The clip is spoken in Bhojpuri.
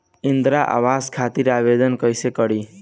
इंद्रा आवास खातिर आवेदन कइसे करि?